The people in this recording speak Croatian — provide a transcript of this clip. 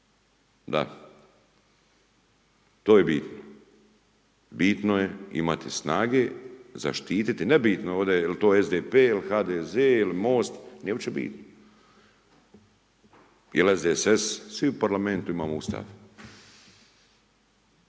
Da, to je bitno. Bitno je imati snage zaštititi. Nebitno je ovdje jel' to SDP-e, ili HDZ-e, ili Most nije uopće bitno ili SDSS. Svi u parlamentu imamo Ustav